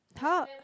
!huh!